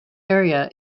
area